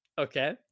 okay